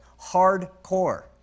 hardcore